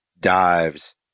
dives